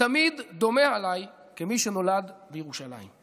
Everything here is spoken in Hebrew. תמיד דומה הייתי עליי כמי שנולד בירושלים".